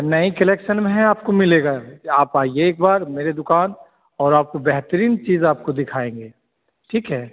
नई कलेक्शन में है आपको मिलेगा आप आइए एक बार मेरे दुकान और आपको बेहतरीन चीज़ आपको दिखाएँगे ठीक है